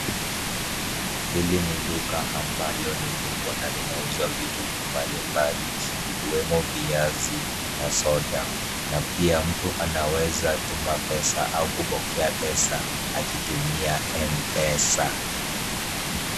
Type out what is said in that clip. Hili ni duka ambalo ni kubwa linauza vitu mbalimbali vikiwemo viazi na soda na pia mtu anaweza tuma pesa au kupokea pesa akitumia M-Pesa.